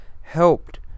helped